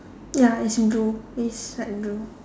ya it's blue it is light blue